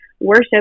worship